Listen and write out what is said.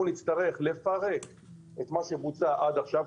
אנחנו נצטרך לפרק את מה שבוצע עד עכשיו,